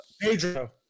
Pedro